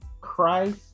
Christ